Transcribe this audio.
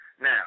Now